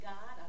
God